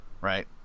right